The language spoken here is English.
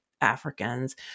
Africans